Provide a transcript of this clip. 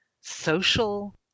social